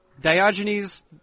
Diogenes